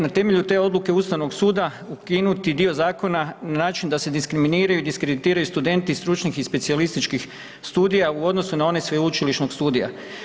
Na temelju te odluke Ustavnog suda, ukinuti dio zakona, način da se diskriminiraju i diskreditiraju studenti stručnih i specijalističkih studija u odnosu na one sveučilišnog studija.